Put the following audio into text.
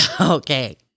okay